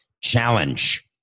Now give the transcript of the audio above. challenge